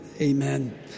amen